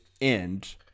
end